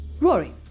Rory